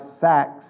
sacks